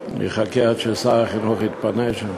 אני אחכה עד ששר החינוך יתפנה שם.